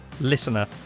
listener